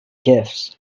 gifts